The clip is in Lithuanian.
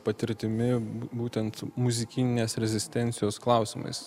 patirtimi būtent muzikinės rezistencijos klausimais